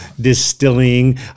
distilling